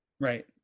Right